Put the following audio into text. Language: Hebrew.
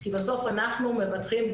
כי בסוף אנחנו מבטחים,